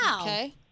Okay